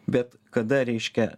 bet kada reiškia